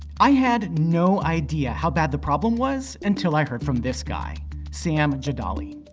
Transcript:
i had no idea how bad the problem was until i heard from this guy sam jadali.